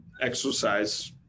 exercise